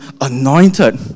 anointed